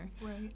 Right